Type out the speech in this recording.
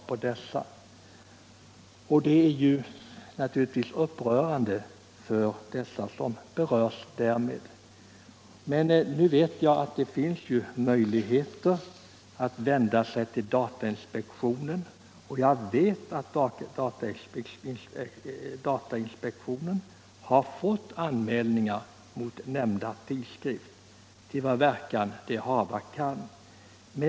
Det är naturligtvis upprörande för dem som berörs. Det finns emellertid möjlighet att vända sig till datainspektionen, och jag vet att datainspektionen har fått anmälningar mot nämnda tidskrift till den verkan det hava kan.